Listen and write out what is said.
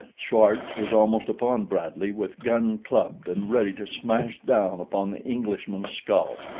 schwartz was almost upon bradley with gun clubbed and ready to smash down upon the englishman's skull.